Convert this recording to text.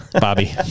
Bobby